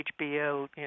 HBO